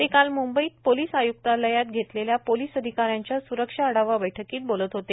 ते काल मंंबईत पोलिस आयुक्तालयात घेतलेल्या पोलिस अधिका यांच्या सुरक्षा आढावा बैठकीत बोलत होते